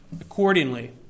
accordingly